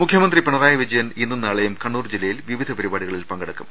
മുഖ്യമന്ത്രി പിണറായി വിജയൻ ഇന്നും നാളെയും കണ്ണൂർ ജില്ലയിൽ വിവിധ പരിപാടികളിൽ പങ്കെടുക്കും